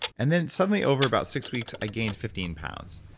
and then suddenly over about six weeks, i gained fifteen pounds.